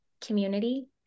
community